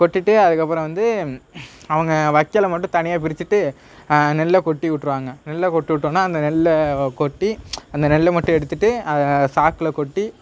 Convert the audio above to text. கொட்டிவிட்டு அதுக்கப்புறம் வந்து அவங்க வைக்கோல மட்டும் தனியாக பிரிச்சுட்டு நெல்ல கொட்டி விட்ருவாங்க நெல்லை கொட்டி விட்டோனா அந்த நெல்லை கொட்டி நெல்லை மட்டும் எடுத்துட்டு சாக்கில் கொட்டி